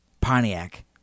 Pontiac